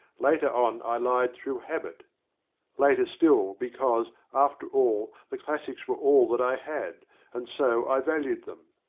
later on i lied through habit later still because, after all, the classics were all that i had and so i valued them.